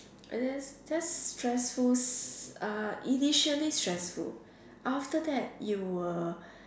and that's that's stressful uh initially stressful after that you will